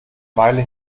weile